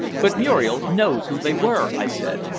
but muriel knows who they were! i said.